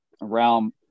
realm